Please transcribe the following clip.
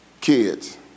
kids